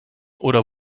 oder